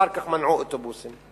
אחר כך מנעו מאמבולנסים,